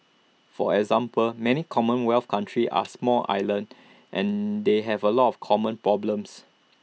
for example many commonwealth countries are small islands and they have A lot of common problems